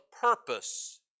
purpose